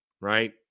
Right